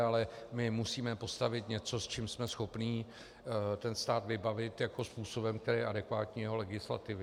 Ale my musíme postavit něco, s čím jsme schopni ten stát vybavit jako způsobem, který je adekvátní jeho legislativě.